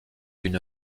une